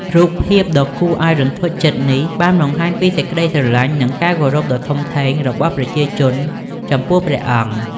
រូបភាពដ៏គួរឱ្យរន្ធត់ចិត្តនេះបានបង្ហាញពីសេចក្ដីស្រឡាញ់ និងការគោរពដ៏ធំធេងរបស់ប្រជាជនចំពោះព្រះអង្គ។